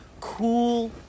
cool